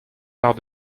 part